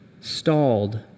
stalled